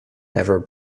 never